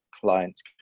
clients